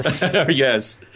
Yes